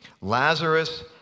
Lazarus